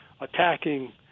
attacking